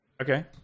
Okay